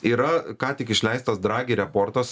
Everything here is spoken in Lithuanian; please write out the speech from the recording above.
yra ką tik išleistas dragi reportas